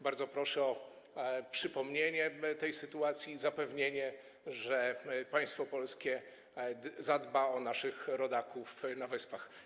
Bardzo proszę o przypomnienie tej sytuacji i o zapewnienie, że państwo polskie zadba o naszych rodaków na Wyspach.